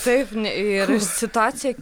taip ir situacija